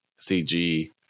CG